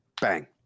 Bang